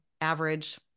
average